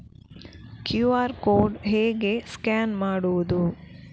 QR code ಹೇಗೆ scan ಮಾಡುವುದು?